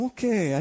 Okay